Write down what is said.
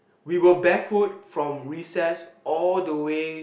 we were barefoot from recess all the way